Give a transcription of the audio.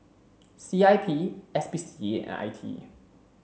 C I P S P C A and I T E